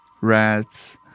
rats